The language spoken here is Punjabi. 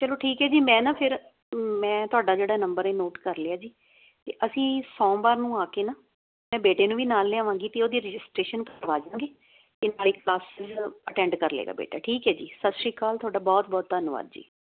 ਚਲੋ ਠੀਕ ਹੈ ਜੀ ਮੈਂ ਨਾ ਫਿਰ ਮੈਂ ਤੁਹਾਡਾ ਜਿਹੜਾ ਨੰਬਰ ਹੈ ਨੋਟ ਕਰ ਲਿਆ ਜੀ ਅਤੇ ਅਸੀਂ ਸੋਮਵਾਰ ਨੂੰ ਆ ਕੇ ਨਾ ਮੈਂ ਬੇਟੇ ਨੂੰ ਵੀ ਨਾਲ ਲਿਆਵਾਂਗੀ ਅਤੇ ਉਹਦੀ ਰਜਿਸਟਰੇਸ਼ਨ ਕਰਵਾ ਜੂੰਗੀ ਅਤੇ ਨਾਲੇ ਕਲਾਸਿਸ ਅਟੈਂਡ ਕਰ ਲੇਗਾ ਬੇਟਾ ਠੀਕ ਹੈ ਜੀ ਸਤਿ ਸ਼੍ਰੀ ਅਕਾਲ ਤੁਹਾਡਾ ਬਹੁਤ ਬਹੁਤ ਧੰਨਵਾਦ ਜੀ